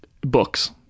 books